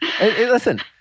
Listen